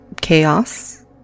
chaos